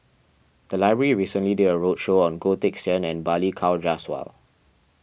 the library recently did a roadshow on Goh Teck Sian and Balli Kaur Jaswal